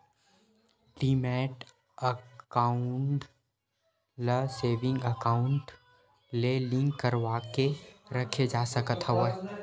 demat account ल saving account ले लिंक करवाके रखे जा सकत हवय